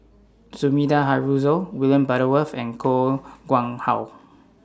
Sumida Haruzo William Butterworth and Koh Nguang How